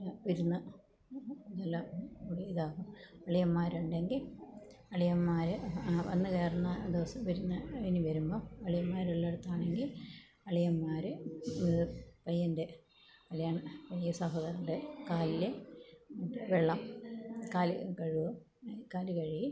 വിരുന്ന് എല്ലാം ഇതാക്കും അളിയന്മാരുണ്ടെങ്കിൽ അളിയന്മാർ വന്നു കയറുന്ന ദിവസം വിരുന്നിനു വരുമ്പോൾ അളിയന്മാരുള്ളിടത്താണെങ്കിൽ അളിയന്മാർ പയ്യൻ്റെ കല്യാണ സഹോദരൻ്റെ കാലിൽ വെള്ളം കാല് കഴുകും കാല് കഴുകി